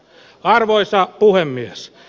arvoisa puhemies